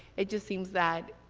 it just seems that